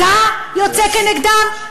אתה יוצא כנגדם?